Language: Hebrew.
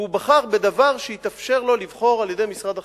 והוא בחר בדבר שהתאפשר לו לבחור על-ידי משרד החינוך,